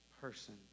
person